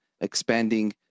expanding